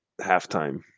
Halftime